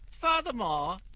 Furthermore